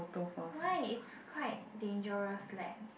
why is quite dangerous leh